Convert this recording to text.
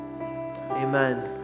Amen